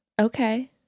Okay